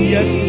Yes